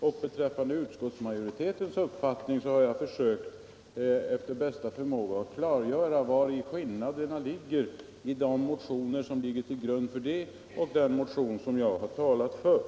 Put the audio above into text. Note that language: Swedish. Och beträffande majoritetens uppfattning har jag efter bästa förmåga försökt förklara skillnaderna i de motioner som ligger till grund för dem och den motion som jag har talat för.